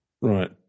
Right